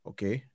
Okay